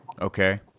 Okay